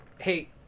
Hey